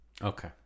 Okay